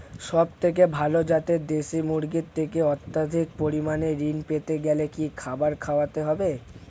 সবথেকে ভালো যাতে দেশি মুরগির থেকে অত্যাধিক পরিমাণে ঋণ পেতে গেলে কি খাবার খাওয়াতে হবে?